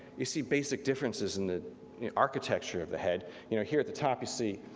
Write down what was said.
you see basic differences in the the architecture of the head. you know here at the top you see,